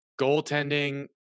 Goaltending